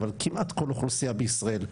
אבל כמעט כל אוכלוסייה בישראל,